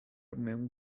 mwyn